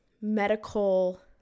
medical